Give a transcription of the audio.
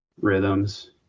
rhythms